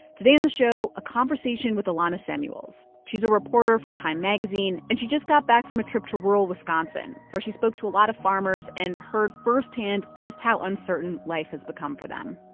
today on the show, a conversation with alana semuels. she's a reporter for time magazine. and she just got back from a trip to rural wisconsin, where she spoke to a lot of farmers and heard firsthand just how uncertain life has become for them